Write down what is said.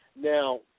Now